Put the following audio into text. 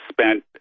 spent